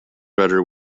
rudder